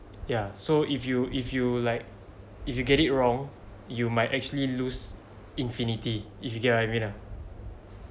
ya so if you if you like if you get it wrong you might actually lose infinity if you get what you mean ah